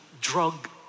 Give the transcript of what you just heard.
drug